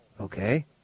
Okay